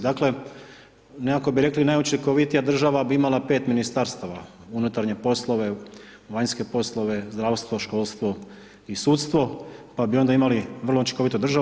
Dakle, nekako bi rekli, najučinkovitija država bi imala 5 Ministarstava, unutarnje poslove, vanjske poslove, zdravstvo, školstvo i sudstvo, pa bi onda imali vrlo učinkovitu državu.